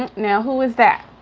and now, who is that?